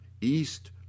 East